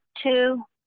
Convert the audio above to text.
two